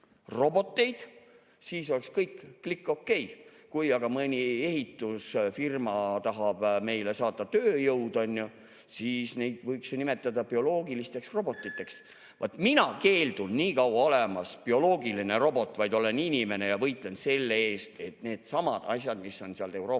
roboteid, siis oleks kõikclickOK. Kui aga mõni ehitusfirma tahab meile saata tööjõudu, on ju, siis neid võiks ju nimetada bioloogilisteks robotiteks. Vaat mina keeldun nii kaua olemast bioloogiline robot, vaid olen inimene ja võitlen selle eest, et needsamad asjad, mis on seal Euroopas